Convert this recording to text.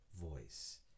voice